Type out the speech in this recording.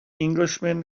englishman